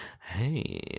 hey